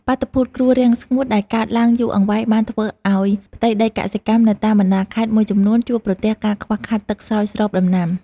បាតុភូតគ្រោះរាំងស្ងួតដែលកើតឡើងយូរអង្វែងបានធ្វើឱ្យផ្ទៃដីកសិកម្មនៅតាមបណ្តាខេត្តមួយចំនួនជួបប្រទះការខ្វះខាតទឹកស្រោចស្រពដំណាំ។